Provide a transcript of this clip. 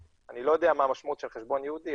אני לא יודע מה המשמעות של חשבון ייעודי,